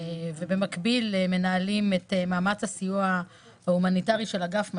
ובמקביל מנהלים את מאמץ הסיוע ההומניטרי של אגף מש"ב.